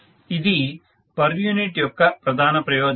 ఇది per unit యొక్క ప్రధాన ప్రయోజనం